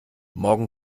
morgen